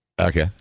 Okay